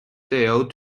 sale